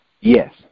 Yes